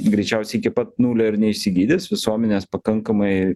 greičiausiai iki pat nulio ir neišsigydys visuomenės pakankamai